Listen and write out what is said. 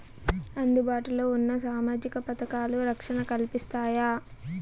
అందుబాటు లో ఉన్న సామాజిక పథకాలు, రక్షణ కల్పిస్తాయా?